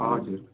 हजुर